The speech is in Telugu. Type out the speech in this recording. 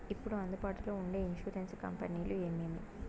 ఇప్పుడు అందుబాటులో ఉండే ఇన్సూరెన్సు కంపెనీలు ఏమేమి?